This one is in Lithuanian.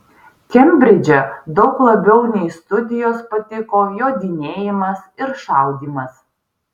kembridže daug labiau nei studijos patiko jodinėjimas ir šaudymas